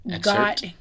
Got